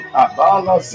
abala